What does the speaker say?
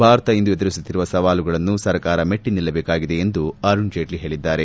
ಭಾರತ ಇಂದು ಎದುರಿಸುತ್ತಿರುವ ಸವಾಲುಗಳನ್ನು ಸರ್ಕಾರ ಮೆಟ್ಟ ನಿಲ್ಲಬೇಕಾಗಿದೆ ಎಂದು ಅರುಣ್ ಜೇಟ್ಟ ಹೇಳಿದ್ದಾರೆ